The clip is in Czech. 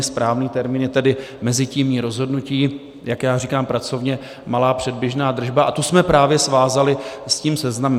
Správný termín je tedy mezitímní rozhodnutí, jak já říkám pracovně malá předběžná držba, a to jsme právě svázali s tím seznamem.